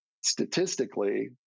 statistically